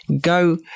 go